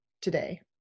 today